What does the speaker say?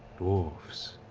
dwarves,